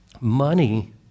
Money